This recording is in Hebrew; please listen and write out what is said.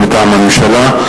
מטעם הממשלה,